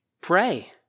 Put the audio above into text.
Pray